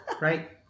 Right